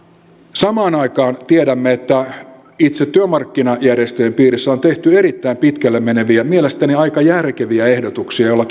samaan aikaan tiedämme että itse työmarkkinajärjestöjen piirissä on tehty erittäin pitkälle meneviä mielestäni aika järkeviä ehdotuksia joilla